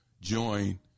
join